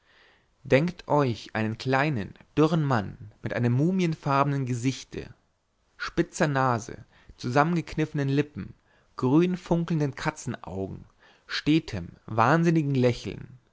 denkt euch einen kleinen dürren mann mit einem mumienfarbnen gesichte spitzer nase zusammengekniffenen lippen grün funkelnden katzenaugen stetem wahnsinnigem lächeln